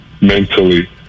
mentally